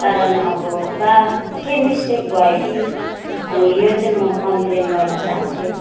कारण अब बा केही मिस्टेक भयो कि अनि यो चाहिँ म कम्प्लेन गर्न चाहन्छु